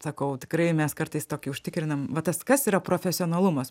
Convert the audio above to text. sakau tikrai mes kartais tokį užtikrinam va tas kas yra profesionalumas